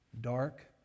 dark